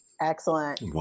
Excellent